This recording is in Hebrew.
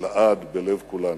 לעד בלב כולנו.